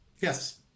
Yes